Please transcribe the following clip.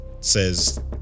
says